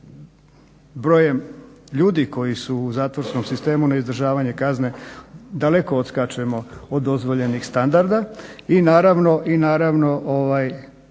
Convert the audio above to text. brojem ljudi koji su u zatvorskom sistemu na izdržavanje kazne daleko odskačemo od dozvoljenih standarda i naravno da